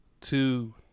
two